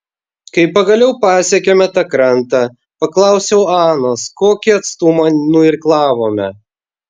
kai pagaliau pasiekėme tą krantą paklausiau anos kokį atstumą nuirklavome